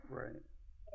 right